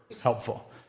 helpful